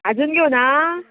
आजून घेवना